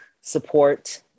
support